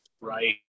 Right